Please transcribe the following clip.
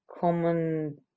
common